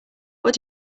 what